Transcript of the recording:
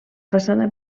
façana